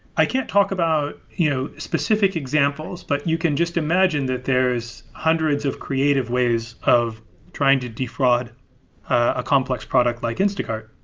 i can't talk about you know specific examples, but you can just imagine that there's hundreds of creative ways of trying to defraud a complex product like instacart.